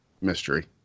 Mystery